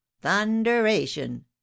thunderation